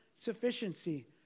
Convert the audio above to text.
sufficiency